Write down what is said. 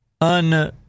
un